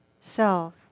self